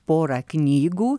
porą knygų